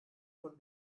von